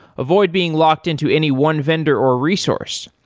avoid being locked into any one vendor or resource.